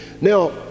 Now